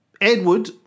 Edward